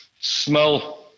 Smell